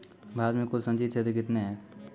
भारत मे कुल संचित क्षेत्र कितने हैं?